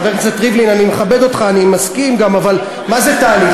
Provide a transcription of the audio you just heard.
חבר הכנסת ריבלין, אני מסכים, אבל מה זה תהליך?